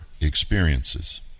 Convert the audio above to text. experiences